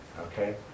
Okay